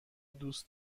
دوست